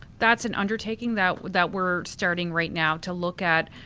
that's an undertaking that that we're starting right now to look at.